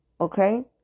okay